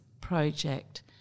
Project